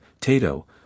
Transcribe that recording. Tato